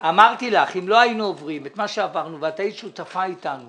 אמרתי לך: אם לא היינו עוברים את מה שעברנו ואת היית שותפה אתנו